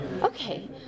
Okay